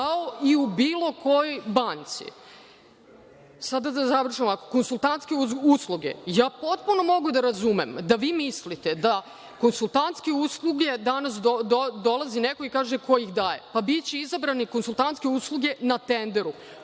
kao i u bilo kojoj banci. Konsultantske usluge, ja potpuno mogu da razumem da vi mislite da konsultantske usluge - danas dolazi neko i kaže „ko ih daje“? Pa, biće izabrani, konsultantske usluge na tenderu